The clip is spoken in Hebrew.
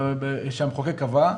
לפי קביעת המחוקק.